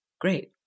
great